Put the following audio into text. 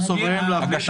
צריך